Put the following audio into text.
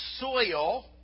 soil